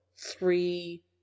three